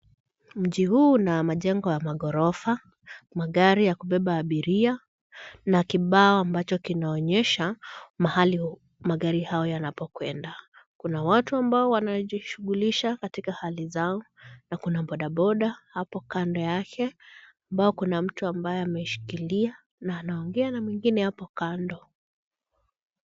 Mji huu una majengo ya magorofa, magari ya kubeba abiria, na kibao ambacho kinaonyesha mahali magari hayo yanapokwenda. Kuna watu ambao wanajishughulisha katika hali zao na kuna bodaboda hapo kando yake ambao kuna mtu ambaye ameshikilia na anaongea na mwingine hapo kando.